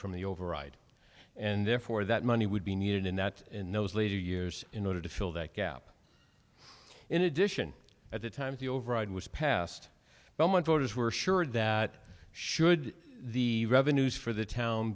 from the override and therefore that money would be needed in that in those later years in order to fill that gap in addition at the time the override was passed but my voters were assured that should the revenues for the town